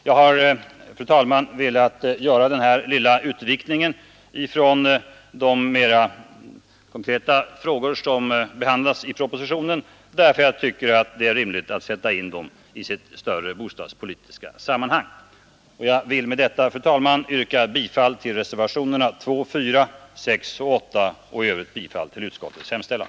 Jag har, fru talman, velat göra den här lilla utvikningen ifrån de frågor som behandlas i propositionen, därför att jag tycker att det är riktigt att sätta in dem i sitt större bostadspolitiska sammanhang. Jag vill slutligen, fru talman, yrka bifall till reservationerna 2, 4, 6 och 8 och i övrigt bifall till utskottets hemställan.